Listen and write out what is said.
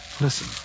Listen